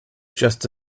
just